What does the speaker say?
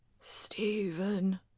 Stephen